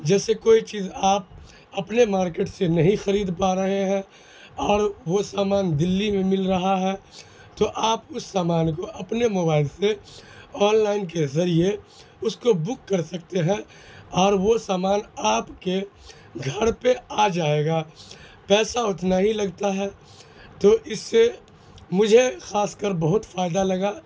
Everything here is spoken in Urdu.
جیسے کوئی چیز آپ اپنے مارکیٹ سے نہیں خرید پا رہے ہیں اور وہ سامان دلی میں مل رہا ہے تو آپ اس سامان کو اپنے موبائل سے آن لائن کے ذریعے اس کو بک کر سکتے ہیں اور وہ سامان آپ کے گھر پہ آ جائے گا پیسہ اتنا ہی لگتا ہے تو اس سے مجھے خاص کر بہت فائدہ لگا